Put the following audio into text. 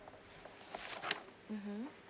mmhmm